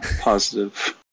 positive